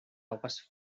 aguas